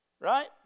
right